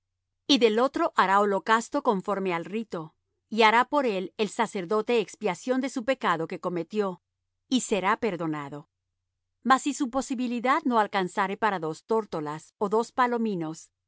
y del otro hará holocausto conforme al rito y hará por él el sacerdote expiación de su pecado que cometió y será perdonado mas si su posibilidad no alcanzare para dos tórtolas ó dos palominos